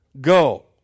Go